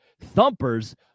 thumpers